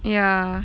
yeah